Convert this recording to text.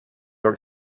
york